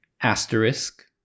asterisk